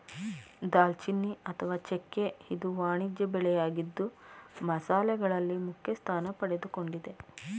ದಾಲ್ಚಿನ್ನಿ ಅಥವಾ ಚೆಕ್ಕೆ ಇದು ವಾಣಿಜ್ಯ ಬೆಳೆಯಾಗಿದ್ದು ಮಸಾಲೆಗಳಲ್ಲಿ ಮುಖ್ಯಸ್ಥಾನ ಪಡೆದುಕೊಂಡಿದೆ